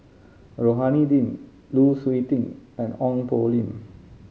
Rohani Din Lu Suitin and Ong Poh Lim